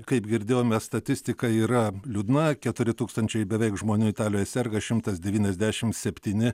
kaip girdėjome statistika yra liūdna keturi tūkstančiai beveik žmonių italijoje serga šimtas devyniasdešimt septyni